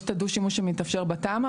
יש את הדו-שימוש שמתאפשר בתמ"א,